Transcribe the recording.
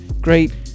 Great